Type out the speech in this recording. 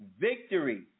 Victory